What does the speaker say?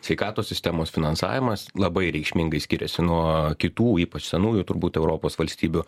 sveikatos sistemos finansavimas labai reikšmingai skiriasi nuo kitų ypač senųjų turbūt europos valstybių